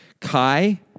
Kai